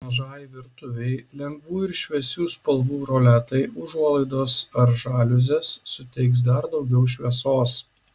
mažai virtuvei lengvų ir šviesių spalvų roletai užuolaidos ar žaliuzės suteiks dar daugiau šviesos